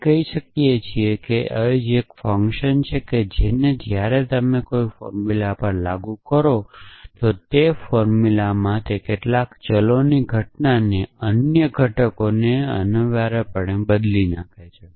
આપણે કહી રહ્યા છીએ કે અવેજી એક ફંકશન છે જે તમે જ્યારે કોઈ ફોર્મુલા પર લાગુ કરો છો તો તે તે ફોર્મુલામાં કેટલાક ચલોની ઘટનાને અન્ય ઘટકોને અનિવાર્યપણે બદલી નાખે છે